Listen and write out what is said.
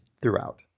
throughout